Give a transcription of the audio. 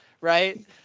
right